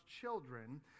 children